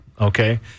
Okay